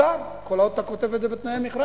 מותר, כל עוד אתה כותב את זה בתנאי המכרז.